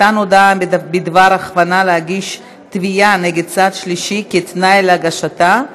(מתן הודעה בדבר הכוונה להגיש תביעה נגד צד שלישי כתנאי להגשתה),